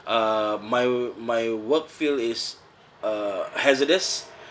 uh my my work field is uh hazardous